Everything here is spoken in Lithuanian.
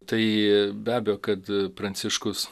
tai be abejo kad pranciškus